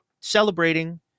celebrating